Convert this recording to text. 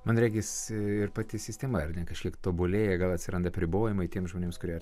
man regis ir pati sistema kažkiek tobulėja gal atsiranda apribojimai tiems žmonėms kurie